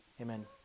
Amen